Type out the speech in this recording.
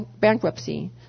bankruptcy